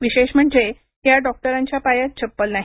विशेष म्हणजे या डॉक्टरांच्या पायात चप्पल नाही